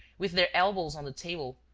with their elbows on the table,